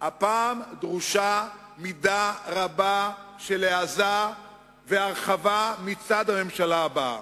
הפעם דרושה מידה רבה של העזה והרחבה מצד הממשלה הבאה.